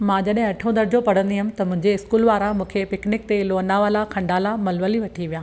मां जॾहिं अठो दर्जो पढ़ंदी हुअमि त मुंहिंजे स्कूल वारा मूंखे पिकनिक ते लोनावला खंडाला मलवली वठी विया